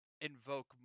invoke